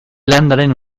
landaren